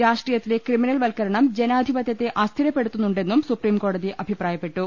രാഷ്ട്രീയത്തിലെ ക്രിമിനൽ വത്കരണം ജനാധിപത്യത്തെ അസ്ഥിരപ്പെടു ത്തുന്നുണ്ടെന്നും സുപ്രീംകോടതി അഭിപ്രായപ്പെട്ടു